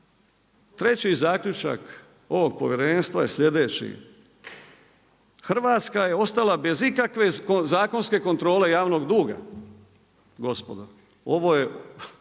treći zaključak ovog povjerenstva je sljedeći, Hrvatska je ostala bez ikakve zakonske kontrole javnog duga, gospodo.